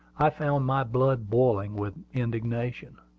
i found my blood boiling with indignation.